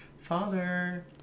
Father